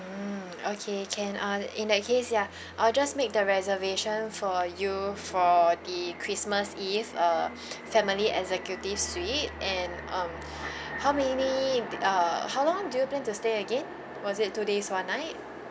mm okay can ah in that case ya I'll just make the reservation for you for the christmas eve a family executive suite and um how many uh how long do you plan to stay again was it two days one night